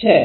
છે